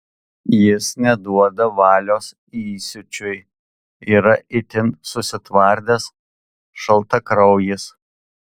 jis neduoda valios įsiūčiui yra itin susitvardęs šaltakraujis